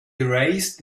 erased